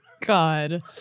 God